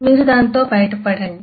మరియు మీరు దానితో బయటపడండి